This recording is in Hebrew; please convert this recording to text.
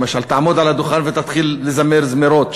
למשל תעמוד על הדוכן ותתחיל לזמר זמירות,